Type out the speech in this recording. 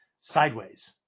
sideways